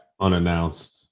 unannounced